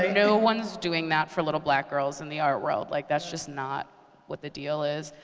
no one's doing that for little black girls in the art world. like that's just not what the deal is.